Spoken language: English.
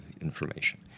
information